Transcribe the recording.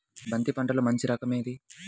బంతి పంటలో మంచి రకం ఏది?